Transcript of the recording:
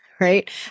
right